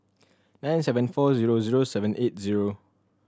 nine seven four zero zero seven eight zero